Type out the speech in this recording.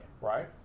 right